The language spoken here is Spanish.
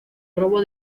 robo